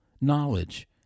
knowledge